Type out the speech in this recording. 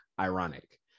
ironic